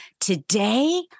today